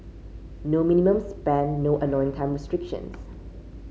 no minimum spend no annoying time restrictions